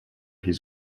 his